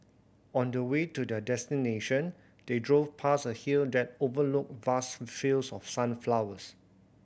on the way to their destination they drove past a hill that overlooked vast fields of sunflowers